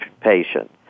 patient